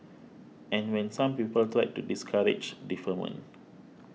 and when some people tried to discourage deferment